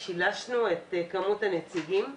ושילשנו את מספר הנציגים